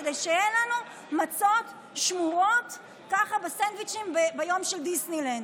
כדי שיהיו לנו מצות שמורות ככה בסנדוויצ'ים ביום של דיסנילנד.